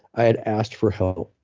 i had asked for help.